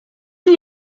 gli